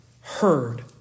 heard